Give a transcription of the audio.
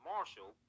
Marshall